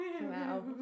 wow